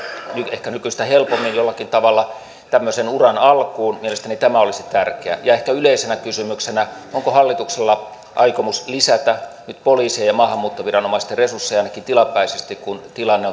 ehkä nykyistä helpommin jollakin tavalla tämmöisen uran alkuun mielestäni tämä olisi tärkeää ja ehkä yleisenä kysymyksenä onko hallituksella aikomus lisätä nyt poliisin ja maahanmuuttoviranomaisten resursseja ainakin tilapäisesti kun tilanne